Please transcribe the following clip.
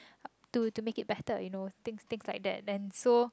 to to make it better you know things things like that so